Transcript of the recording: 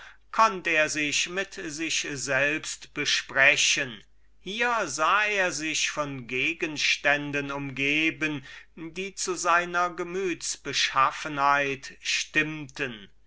konnt er sich mit sich selbst besprechen hier war er von gegenständen umgeben die sich zu seiner gemüts-beschaffenheit schickten